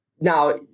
Now